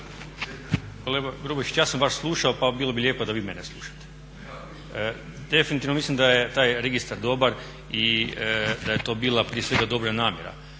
Hvala.